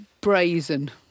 brazen